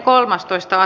asia